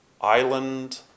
island